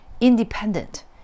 independent